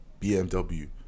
BMW